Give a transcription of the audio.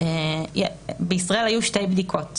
בישראל היו שתי בדיקות.